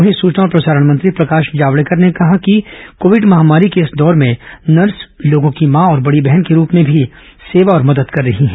वहीं सूचना और प्रसारण मंत्री प्रकाश जावड़ेकर ने कहा कि कोविड महामारी के इस दौर में नर्स लोगों की मां और बड़ी बहन के रूप में भी सेवा और मदद कर रही हैं